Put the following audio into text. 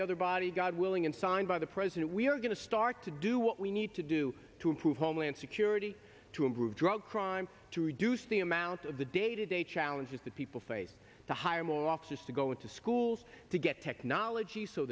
the other body god willing and signed by the president we are going to start to do what we need to do to improve homeland security to improve drug crime to reduce the amount of the day to day challenges that people face to hire more officers to go into schools to get technology so